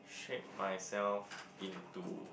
shape myself into